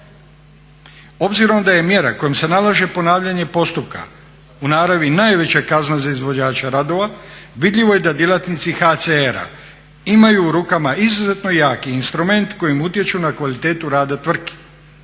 Obzirom da je mjera kojom se nalaže ponavljanje postupka u naravi najveća kazna za izvođača radova vidljivo je da djelatnici HCR-a imaju u rukama izuzetno jaki instrument kojim utječu na kvalitetu rada tvrtki.